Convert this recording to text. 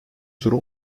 turu